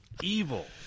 evil